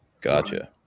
gotcha